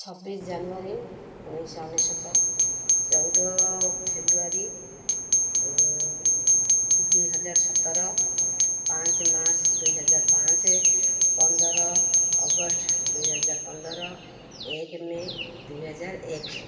ଛବିଶି ଜାନୁଆରୀ ଉଣେଇଶହ ଅନେଶତ ଚଉଦ ଫେବୃଆରୀ ଦୁଇ ହଜାର ସତର ପାଞ୍ଚ ମାର୍ଚ୍ଚ ଦୁଇ ହଜାର ପାଞ୍ଚେ ପନ୍ଦର ଅଗଷ୍ଟ ଦୁଇହଜାର ପନ୍ଦର ଏକ ମେ ଦୁଇ ହଜାର ଏକ